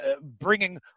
bringing